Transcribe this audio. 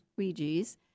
squeegees